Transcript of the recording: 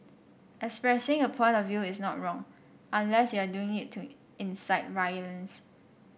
expressing a point of view is not wrong unless you're doing it to incite violence